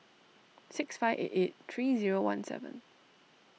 six five eight eight three zero one seven